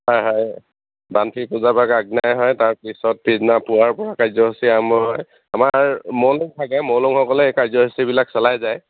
হয় হয় বানফি পূজাৰ পাক আগ দিনা হয় তাৰপিছত পিদিনা পুৱাৰ পৰা কাৰ্যসূসী আৰম্ভ হয় আমাৰ মওলং থাকে মওলংসকলে এই কাৰ্যসূচীবিলাক চলাই যায়